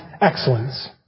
excellence